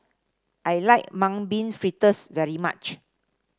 I like Mung Bean Fritters very much